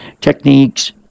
techniques